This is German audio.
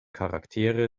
charaktere